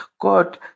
God